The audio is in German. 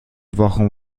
wochen